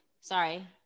Sorry